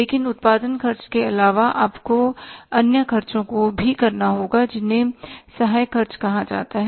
लेकिन उत्पादन खर्च के अलावा आपको कुछ अन्य खर्चों को भी उठाना होगा जिन्हें सहायक खर्च कहा जाता है